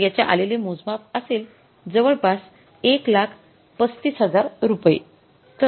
तर याचे आलेले मोजमाप असेल जवळपास १३५००० रुपये